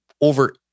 over